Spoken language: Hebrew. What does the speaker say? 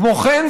כמו כן,